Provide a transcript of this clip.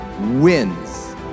wins